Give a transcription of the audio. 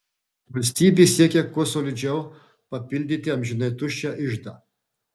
valstybė siekia kuo solidžiau papildyti amžinai tuščią iždą